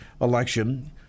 election